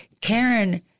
Karen